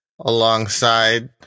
alongside